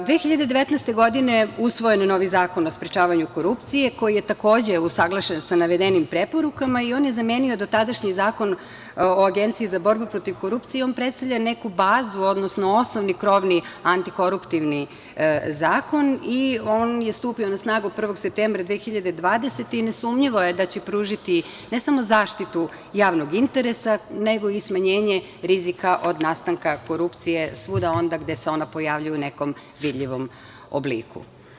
Godine 2019. usvojen je novi Zakon o sprečavanju korupcije koji je takođe usaglašen sa navedenim preporukama i on je zamenio dotadašnji Zakon o Agenciji za borbu protiv korupcije i on predstavlja neku bazu, odnosno osnovni krovni antikoruptivni zakon i on je stupio na snagu 1. septembra 2020. godine i nesumnjivo je da će pružiti ne samo zaštitu javnog interesa, nego i smanjenje rizika od nastanka korupcije svuda gde se ona pojavljuje u nekom vidljivom obliku.